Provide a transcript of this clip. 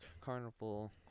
carnival